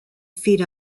feed